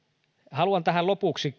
haluan kyllä tähän lopuksi